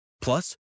Plus